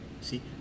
See